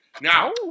Now